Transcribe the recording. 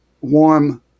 Warm